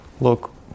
look